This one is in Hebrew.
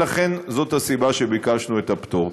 וזאת הסיבה שביקשנו את הפטור.